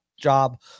job